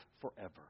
forever